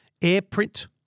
AirPrint